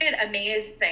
amazing